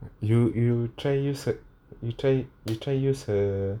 you you try use a~ you try you try use her